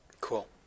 Cool